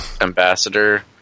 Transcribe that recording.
ambassador